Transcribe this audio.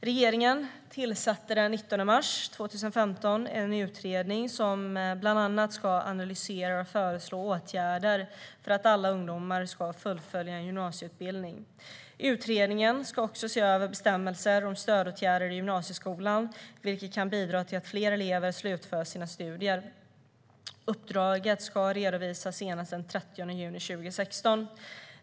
Regeringen tillsatte den 19 mars 2015 en utredning som bland annat ska analysera och föreslå åtgärder för att alla ungdomar ska fullfölja en gymnasieutbildning. Utredningen ska också se över bestämmelser om stödåtgärder i gymnasieskolan, vilket kan bidra till att fler elever slutför sina studier. Uppdraget ska redovisas senast den 30 juni 2016.